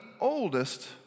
oldest